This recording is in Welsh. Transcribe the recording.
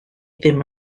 ddim